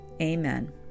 Amen